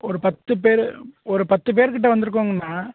ஒரு பத்துப் பேர் ஒரு பத்துப் பேருக்கிட்டே வந்துருக்கோங்ண்ணா